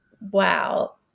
wow